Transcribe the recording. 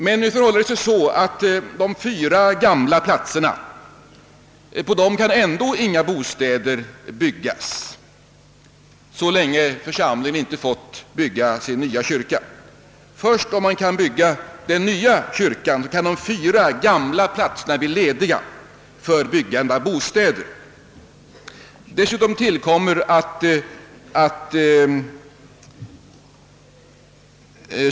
Men på dessa fyra gamla platser kan ändå inga bostäder byggas så länge församlingen inte fått bygga sin nya kyrka. Först sedan man kunnat bygga den nya kyrkan kan de fyra gamla platserna bli lediga för uppförande av bostäder.